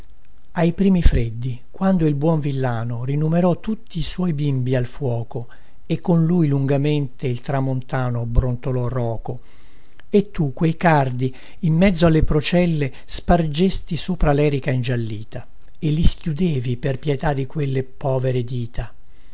ai primi freddi quando il buon villano rinumerò tutti i suoi bimbi al fuoco e con lui lungamente il tramontano brontolò roco e tu quei cardi in mezzo alle procelle spargesti sopra lerica ingiallita e li schiudevi per pietà di quelle povere dita